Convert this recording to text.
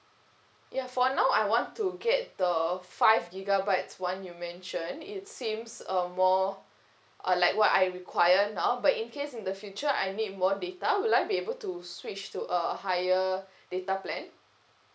ya for now I want to get the five gigabytes one you mentioned it seems a more uh like what I require now but in case in the future I need more data will I be able to switch to a higher data plan